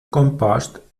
compost